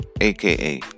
aka